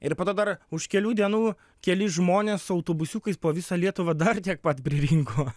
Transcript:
ir po to dar už kelių dienų keli žmonės autobusiukais po visą lietuvą dar tiek pat pririnko